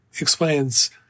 explains